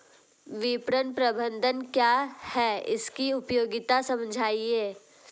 विपणन प्रबंधन क्या है इसकी उपयोगिता समझाइए?